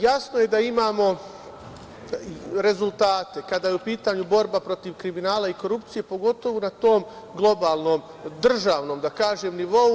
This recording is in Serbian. Jasno je da imamo rezultate kada je u pitanju borba protiv kriminala i korupcije, pogotovu na tom globalnom, državnom, da kažem, nivou.